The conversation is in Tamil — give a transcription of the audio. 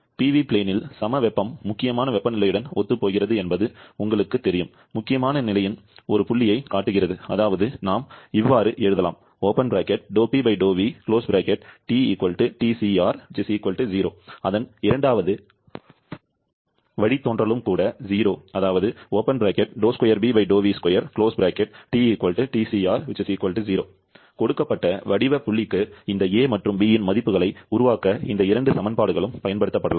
Pv விமானத்தில் சமவெப்பம் முக்கியமான வெப்பநிலையுடன் ஒத்துப்போகிறது என்பது உங்களுக்குத் தெரியும் முக்கியமான நிலையின் த்தில் ஒரு புள்ளியைக் காட்டுகிறது அதாவது நாம் இவ்வாறு எழுதலாம் அதன் இரண்டாவது வழித்தோன்றலும் கூட 0 அதாவது கொடுக்கப்பட்ட வடிவ புள்ளிக்கு இந்த a மற்றும் b இன் மதிப்புகளை உருவாக்க இந்த இரண்டு சமன்பாடுகளும் பயன்படுத்தப்படலாம்